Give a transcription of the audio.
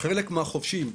וחלק מהחובשים,